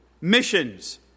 missions